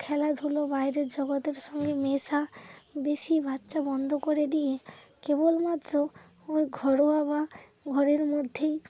খেলাধুলো বাইরের জগতের সঙ্গে মেশা বেশি বাচ্চা বন্ধ করে দিয়ে কেবলমাত্র ঘরোয়া বা ঘরের মধ্যেই